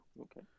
okay